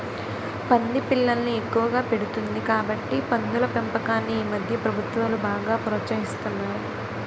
పంది పిల్లల్ని ఎక్కువగా పెడుతుంది కాబట్టి పందుల పెంపకాన్ని ఈమధ్య ప్రభుత్వాలు బాగా ప్రోత్సహిస్తున్నాయి